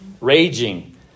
Raging